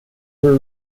were